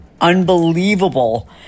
unbelievable